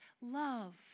love